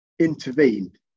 intervened